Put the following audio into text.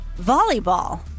volleyball